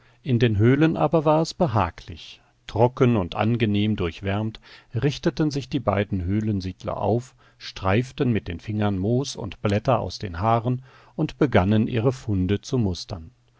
in den höhlen aber war es behaglich trocken und angenehm durchwärmt richteten sich die beiden höhlensiedler auf streiften mit den fingern moos und blätter aus den haaren und begannen ihre funde zu mustern